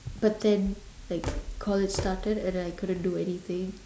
but then like college started and then I couldn't do like anything